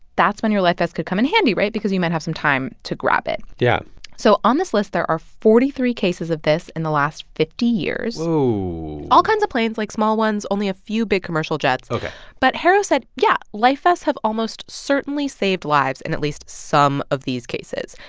that's when your life vest could come in handy right? because you might have some time to grab it yeah so on this list, there are forty three cases of this in the last fifty years whoa all kinds of planes like, small ones, only a few big commercial jets ok but harro said, yeah, life vests have almost certainly saved lives in at least some of these cases.